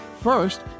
First